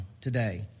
today